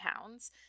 pounds